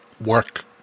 Work